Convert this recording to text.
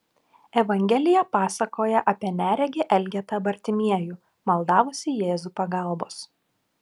evangelija pasakoja apie neregį elgetą bartimiejų maldavusį jėzų pagalbos